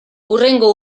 hurrengo